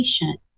patient